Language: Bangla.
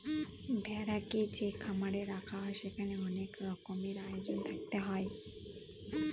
ভেড়াকে যে খামারে রাখা হয় সেখানে অনেক রকমের আয়োজন থাকতে হয়